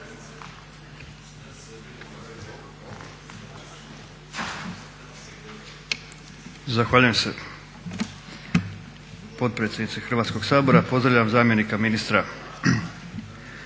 Zahvaljujem se potpredsjednice Hrvatskog sabora, pozdravljam zamjenika ministra